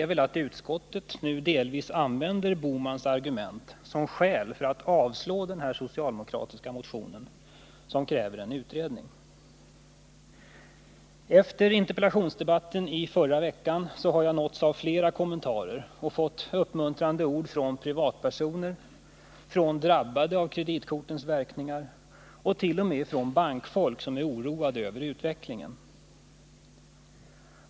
Än värre är att utskottet nu delvis använder Gösta Bohmans argument såsom skäl för att avstyrka denna socialdemokratiska motion, vari krävs en utredning. Efter interpellationsdebatten i förra veckan har jag nåtts av flera kommentarer och fått uppmuntrande ord från privatpersoner, från drabbade av kreditkortens verkningar och t.o.m. från bankfolk som är oroade över utvecklingen.